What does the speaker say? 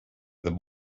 the